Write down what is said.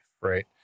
right